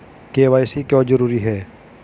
KYC क्यों जरूरी है?